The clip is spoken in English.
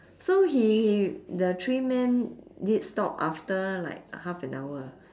so he the three men did stop after like half an hour ah